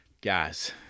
guys